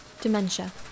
Dementia